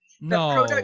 No